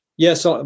Yes